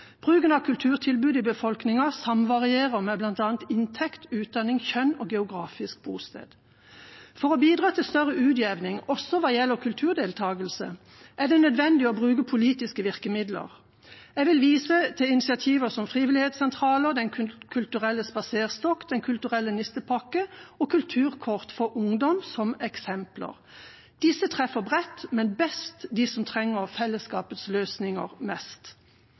Bruken av kulturtilbud i befolkningen samvarierer med bl.a. inntekt, utdanning, kjønn og geografisk bosted. For å bidra til større utjevning også hva gjelder kulturdeltakelse, er det nødvendig å bruke politiske virkemidler. Jeg vil vise til initiativer som frivillighetssentraler, Den kulturelle spaserstokken, Den kulturelle nistepakka og kulturkort for ungdom som eksempler. Disse treffer bredt, men best de som trenger fellesskapets løsninger mest.